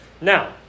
Now